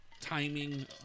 Timing